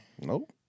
Nope